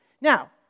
Now